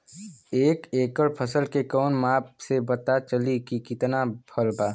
एक एकड़ फसल के कवन माप से पता चली की कितना फल बा?